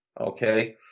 Okay